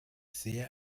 sehr